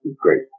great